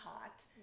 hot